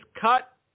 cut